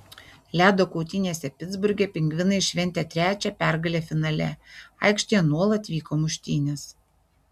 ledo kautynėse pitsburge pingvinai šventė trečią pergalę finale aikštėje nuolat vyko muštynės